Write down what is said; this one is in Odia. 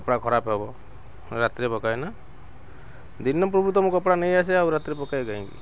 କପଡ଼ା ଖରାପ୍ ହେବ ରାତିରେ ପକାଏନା ଦିନ ପୂର୍ବରୁ ମୁଁ କପଡ଼ା ନେଇ ଆସେ ଆଉ ରାତିରେ ପକାଏ କାହିଁକି